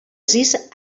sis